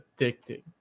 addicting